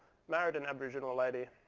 married an aboriginal lady.